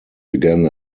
began